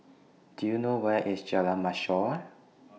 Do YOU know Where IS Jalan Mashor